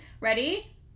Ready